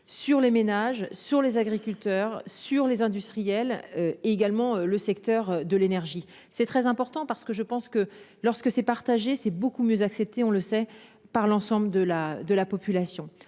sur les ménages sur les agriculteurs sur les industriels. Également le secteur de l'énergie, c'est très important parce que je pense que lorsque c'est partager, c'est beaucoup mieux acceptée. On le sait par l'ensemble de la, de la population,